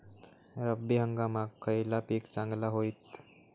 रब्बी हंगामाक खयला पीक चांगला होईत?